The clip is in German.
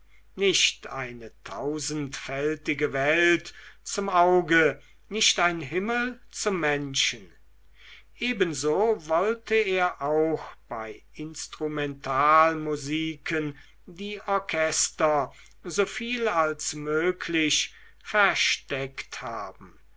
nicht eine tausendfältige welt zum auge nicht ein himmel zum menschen ebenso wollte er auch bei instrumentalmusiken die orchester soviel als möglich versteckt haben